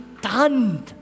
done